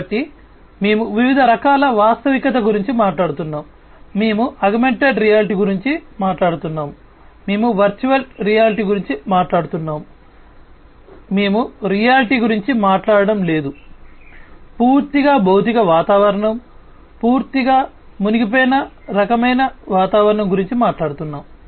కాబట్టి మేము వివిధ రకాల వాస్తవికత గురించి మాట్లాడుతున్నాము మేము ఆగ్మెంటెడ్ రియాలిటీ గురించి మాట్లాడుతున్నాము మేము వర్చువల్ రియాలిటీ గురించి మాట్లాడుతున్నాము మేము రియాలిటీ గురించి మాట్లాడటం లేదు పూర్తిగా భౌతిక వాతావరణం మేము పూర్తిగా మునిగిపోయిన రకమైన వాతావరణం గురించి మాట్లాడుతున్నాము